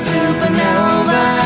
Supernova